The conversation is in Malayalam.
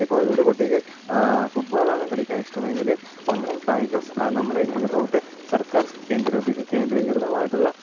ഇപ്പോൾ ഒരു കുട്ടിക്ക് ഫുട്ബോളാണ് കളിക്കാൻ ഇഷ്ടമെങ്കില് നമ്മുടെ കായിക നമ്മുടെ ഇങ്ങത്തെകൂട്ട് നമ്മുടെ സർക്കാർ കേന്ദ്രികൃതമായിട്ടുള്ള